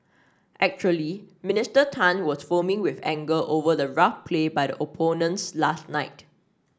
actually Minister Tan was foaming with anger over the rough play by the opponents last night